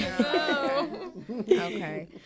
okay